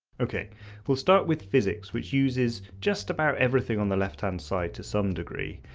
okay we'll start with physics, which uses just about everything on the left hand side to some degree.